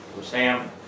Sam